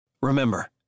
remember